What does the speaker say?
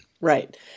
Right